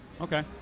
Okay